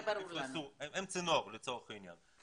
הם צינור לצורך העניין,